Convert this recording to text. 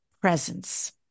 presence